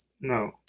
No